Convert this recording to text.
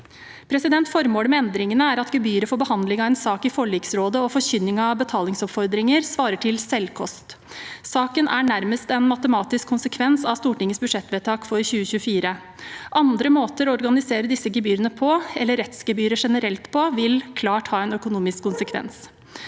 i saken. Formålet med endringene er at gebyret for behandling av en sak i forliksrådet og forkynning av betalingsoppfordringer svarer til selvkost. Saken er nærmest en matematisk konsekvens av Stortingets budsjettvedtak for 2024. Andre måter å organisere disse gebyrene på, eller rettsgebyret generelt på, vil klart ha en økonomisk konsekvens.